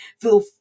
feel